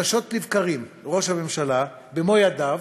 חדשות לבקרים ראש הממשלה במו ידיו,